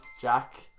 Jack